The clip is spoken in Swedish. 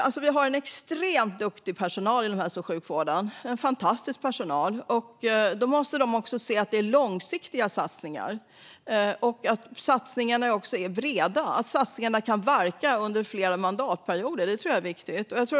Vi har en extremt duktig personal inom hälso och sjukvården. Det är en fantastisk personal. De måste kunna se att de satsningar som görs är långsiktiga och att de också är breda och kan verka under flera mandatperioder. Det tror jag är viktigt.